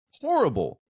Horrible